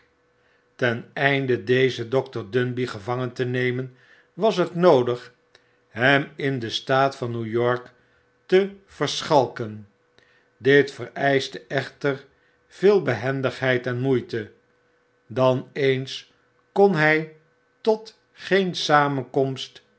ten einde dezen dr dundey gevangen te nemen was het noodig hem in den staat van new york te verschalken dit vereischte echter veel behendigheid en moeite dan eens kon hij tot geen samenkomst